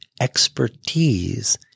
expertise